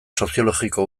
soziologiko